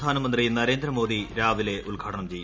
പ്രധാനമന്ത്രി നരേന്ദ്രമോദി രാവിലെ ഉദ്ഘാടനം ചെയ്യും